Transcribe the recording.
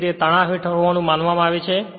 જેથી તે તણાવ હેઠળ હોવાનું માનવામાં આવે છે